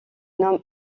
nomme